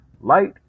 Light